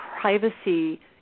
privacy